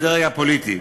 בדרג הפוליטי,